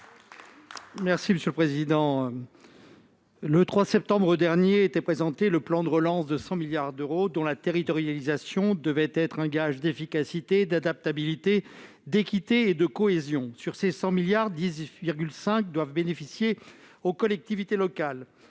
Madame la ministre, le 3 septembre dernier était présenté le plan de relance de 100 milliards d'euros dont la territorialisation devait être un gage d'efficacité, d'adaptabilité, d'équité et de cohésion. Sur le total, 10,5 milliards d'euros doivent profiter aux collectivités locales.